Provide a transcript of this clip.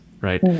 right